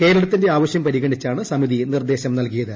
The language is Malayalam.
കേരളത്തിന്റെ ആവശ്യം പരിഗണിച്ചാണ് സമിതി നിർദ്ദേശം നൽകിയത്